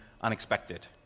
unexpected